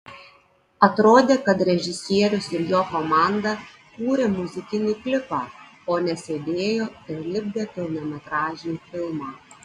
atrodė kad režisierius ir jo komanda kūrė muzikinį klipą o ne sėdėjo ir lipdė pilnametražį filmą